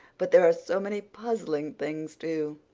but there are so many puzzling things, too.